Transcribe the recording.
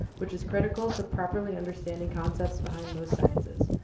which is critical to properly understanding concepts behind most sciences.